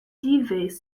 divers